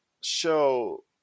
show